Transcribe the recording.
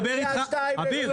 אביר קארה,